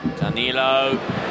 Danilo